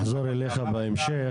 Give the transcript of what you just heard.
מופיד, נחזור אליך בהמשך.